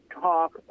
talk